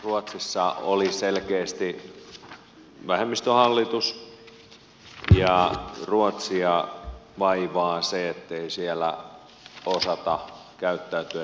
ruotsissa oli selkeästi vähemmistöhallitus ja ruotsia vaivaa se ettei siellä osata käyttäytyä demokraattisesti